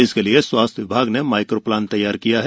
इसके लिए स्वास्थ्य विभाग ने माइक्रो प्लान तैयार किया है